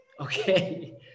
okay